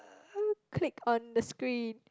click on the screen